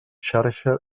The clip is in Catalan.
xarxa